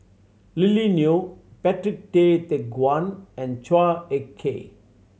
Lily Neo Patrick Tay Teck Guan and Chua Ek Kay